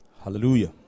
Hallelujah